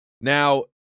Now